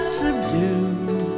subdued